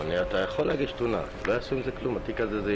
צריך להגיד את האמת כי אם לא אומרים את האמת ולא